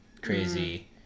crazy